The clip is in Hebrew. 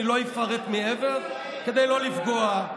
אני לא אפרט מעבר, כדי לא לפגוע.